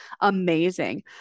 amazing